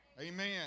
Amen